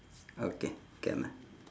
okay can ah